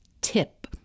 tip